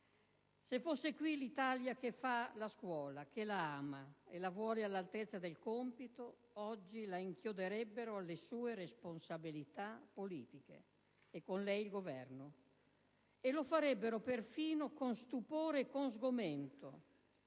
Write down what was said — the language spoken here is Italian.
Se fosse qui l'Italia che fa la scuola, che la ama e la vuole all'altezza del compito, oggi la inchioderebbe alle sue responsabilità politiche e con lei il Governo; e lo farebbe perfino con stupore e con sgomento